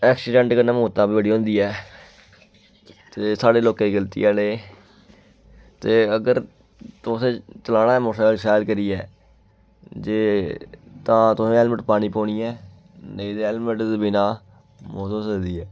ते ऐक्सीडेंट कन्नै मौतां बी बड़ी होंदी ऐ ते साढ़े लोकें दियां गल्तियां न एह् ते अगर तुसें चलाना ऐ मोटरसैकल शैल करियै जे तां तुसें हेलमेट पानी पौनी ऐ नेईं ते हेलमेट दे बिना मौत होई सकदी ऐ